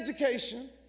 education